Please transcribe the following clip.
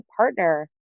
partner